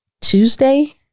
Tuesday